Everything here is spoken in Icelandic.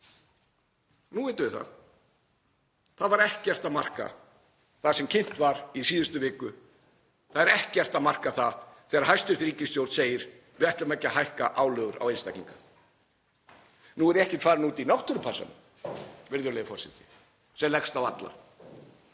Nú vitum við það. Það var ekkert að marka það sem kynnt var í síðustu viku. Það er ekkert að marka það þegar hæstv. ríkisstjórn segir: Við ætlum ekki að hækka álögur á einstaklinga. Nú er ég ekki farinn út í náttúrupassann, virðulegi forseti, sem leggst á alla,